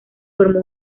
formó